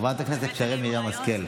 חברת הכנסת שרן מרים השכל,